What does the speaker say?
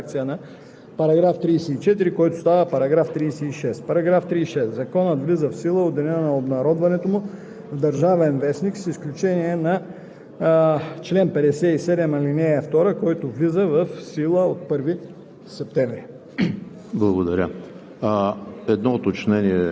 от Правилника за организацията и дейността на Народното събрание. Комисията подкрепя предложението. Комисията подкрепя по принцип текста на вносителя и предлага следната редакция на § 34, който става § 36: „§ 36. Законът влиза в сила от деня на обнародването му в „Държавен вестник“, с изключение на